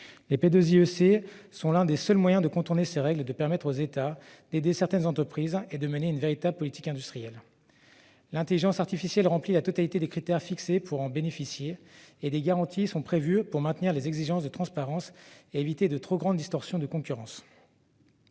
Les PIIEC sont l'une des seules façons de contourner ces règles et de permettre aux États d'aider certaines entreprises en menant une véritable politique industrielle. L'intelligence artificielle remplit la totalité des critères fixés pour en bénéficier, et des garanties sont prévues pour maintenir les exigences de transparence et éviter de trop grandes distorsions de concurrence.